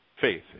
faith